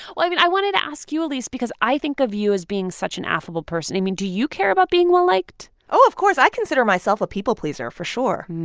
well, i mean, i wanted to ask you, elise, because i think of you as being such an affable person. i mean, do you care about being well-liked? oh, of course. i consider myself a people pleaser, for sure.